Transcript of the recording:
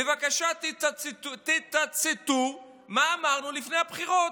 בבקשה תצטטו מה אמרנו לפני הבחירות,